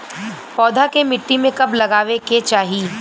पौधा के मिट्टी में कब लगावे के चाहि?